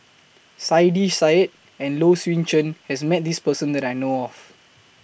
Saiedah Said and Low Swee Chen has Met This Person that I know of